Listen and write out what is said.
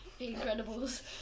Incredibles